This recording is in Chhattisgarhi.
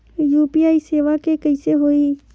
यू.पी.आई सेवा के कइसे होही?